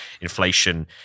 Inflation